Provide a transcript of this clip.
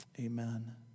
Amen